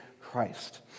Christ